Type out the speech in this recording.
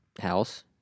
house